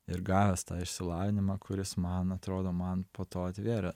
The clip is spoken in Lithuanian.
ir gavęs tą išsilavinimą kuris man atrodo man po to atvėrė